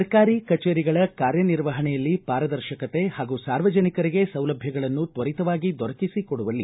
ಸರ್ಕಾರಿ ಕಚೇರಿಗಳ ಕಾರ್ಯ ನಿರ್ವಹಣೆಯಲ್ಲಿ ಪಾರದರ್ಶಕತೆ ಹಾಗೂ ಸಾರ್ವಜನಿಕರಿಗೆ ಸೌಲಭ್ಯಗಳನ್ನು ತ್ವರಿತವಾಗಿ ದೊರಕಿಸಿಕೊಡುವಲ್ಲಿ